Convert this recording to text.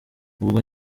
ubwo